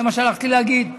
זה מה שהלכתי להגיד,